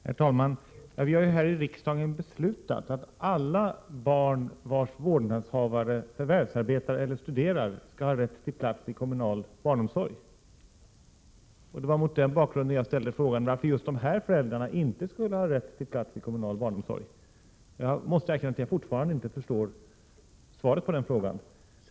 Herr talman! Vi har här i riksdagen beslutat att alla barn vars vårdnadshavare förvärvsarbetar eller studerar skall ha rätt till plats i kommunal barnomsorg. Det var mot den bakgrunden jag ställde frågan varför just dessa föräldrar inte skulle ha rätt till plats i kommunal barnomsorg. Jag måste säga att jag fortfarande inte förstår svaret på den frågan.